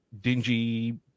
dingy